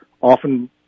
often